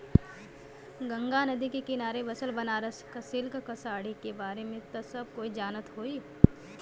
गंगा नदी के किनारे बसल बनारस क सिल्क क साड़ी के बारे में त सब कोई जानत होई